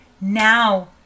Now